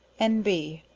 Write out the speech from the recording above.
n b.